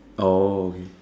oh okay